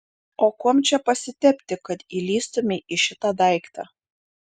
o kuom čia pasitepti kad įlįstumei į šitą daiktą